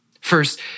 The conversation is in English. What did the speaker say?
First